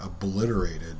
obliterated